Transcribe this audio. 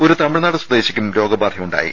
ഒരു തമിഴ്നാട് സ്വദേശിക്കും രോഗബാധയുണ്ടായി